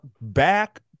back